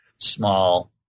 small